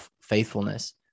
faithfulness